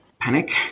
panic